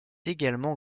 également